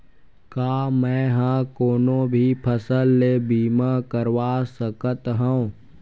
का मै ह कोनो भी फसल के बीमा करवा सकत हव?